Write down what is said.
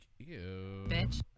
Bitch